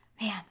Man